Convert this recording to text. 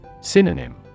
Synonym